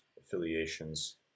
affiliations